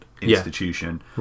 institution